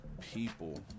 People